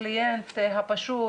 הקליינט הפשוט,